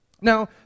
Now